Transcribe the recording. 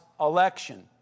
election